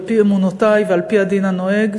על-פי אמונותי ועל-פי הדין הנוהג,